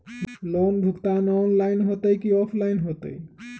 Loan भुगतान online होतई कि ऑफलाइन होतई?